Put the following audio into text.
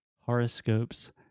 horoscopes